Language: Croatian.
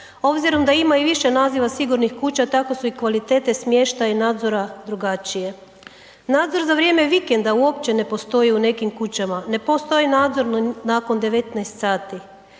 Obzirom da ima i više naziva sigurnih kuća, tako su i kvalitete smještaja i nadzora drugačije. Nadzor za vrijeme vikenda uopće ne postoji u nekim kućama, ne postoji nadzor nakon 19 sati,